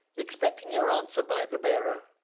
expecting your answer by the bearer,